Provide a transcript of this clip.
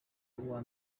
uwa